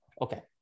Okay